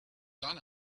done